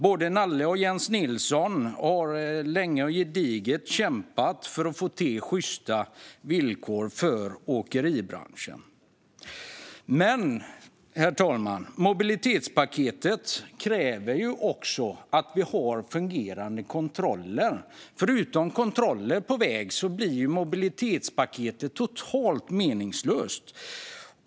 Både Nalle och Jens Nilsson har länge och gediget kämpat för att få till sjysta villkor för åkeribranschen. Men, herr talman, mobilitetspaketet kräver också att vi har fungerande kontroller, för utan kontroller på vägarna blir ju mobilitetspaketet totalt meningslöst.